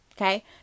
okay